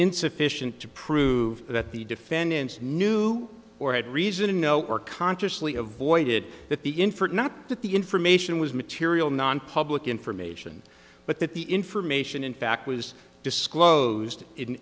insufficient to prove that the defendant knew or had reason to know or consciously avoided that the inference not that the information was material nonpublic information but that the information in fact was disclosed in